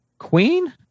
queen